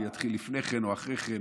הוא יתחיל לפני כן או אחרי כן,